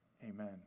Amen